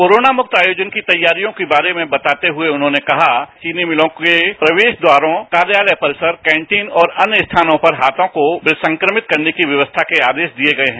corona मुक्त आयोजन की तैयारियों के बारे में बताते हुए उन्होंने कहा चीनी मिलों के प्रवेश द्वारोंकार्यालय परिसर कैंटीन और अन्य स्थानों पर हाथों को विसंक्रमित करने की व्यवस्था के आदेश दिये गए है